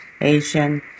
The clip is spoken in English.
Asian